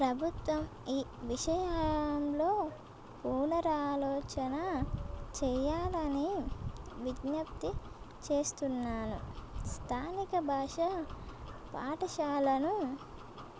ప్రభుత్వం ఈ విషయంలో పునరాలోచన చెయ్యాలని విజ్ఞప్తి చేస్తున్నాను స్థానిక భాష పాఠశాలను